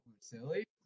Silly